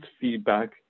feedback